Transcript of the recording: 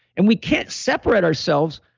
and we can't separate ourselves